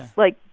like,